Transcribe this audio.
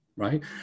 Right